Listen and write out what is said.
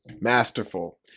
masterful